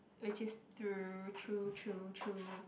which is true true true true